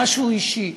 משהו אישי,